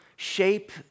Shape